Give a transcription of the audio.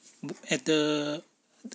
at the